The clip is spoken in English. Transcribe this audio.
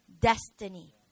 Destiny